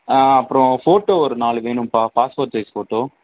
ஆ அப்புறம் ஃபோட்டோ ஒரு நாலு வேணும்பா பாஸ்போர்ட் சைஸ் ஃபோட்டோ